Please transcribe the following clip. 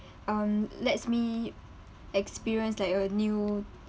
um lets me experience like a new